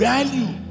Value